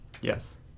yes